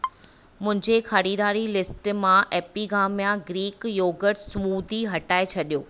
मुंहिंजे ख़रीदारी लिस्ट मां एपिगामिया ग्रीक योगर्ट स्मूदी हटाए छॾियो